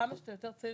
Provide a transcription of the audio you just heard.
כמה שאתה יותר צעיר,